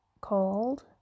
called